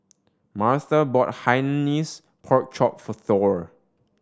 Martha bought hainanese fork chop for Thor